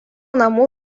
namų